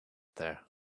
there